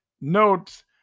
notes